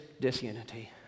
disunity